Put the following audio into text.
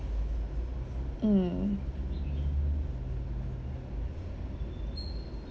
mm